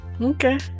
okay